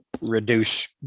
reduce